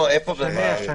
ראשון בלילה.